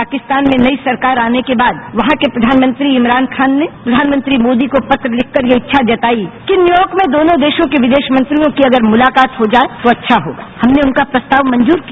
पाकिस्तान में नई सरकार आने के बाद वहां के प्रधानमंत्री इमरान खान ने प्रधानमंत्री मोदी को पत्र लिखकर यह इच्छा जताई कि न्यूयॉर्क में दोनों देशों के विदेश मंत्रियों की अगर मुलाकात हो जाए तो अच्छा हो हमने उनका प्रस्ताव मंजूर किया